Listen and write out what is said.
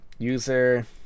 user